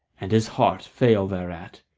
and his heart fail thereat.